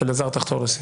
אלעזר, תחתור לסיום.